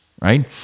right